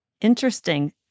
Interesting